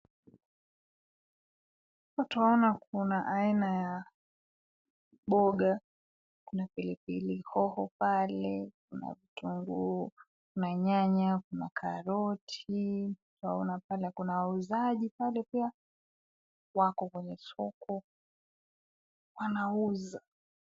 Hapa tuwaona kuna aina ya mboga, kuna pilipili hoho pale, kuna vitunguu, kuna nyanya, kuna karoti twaona pale kuna wauzaji pale pia wako kwenye soko wanauza.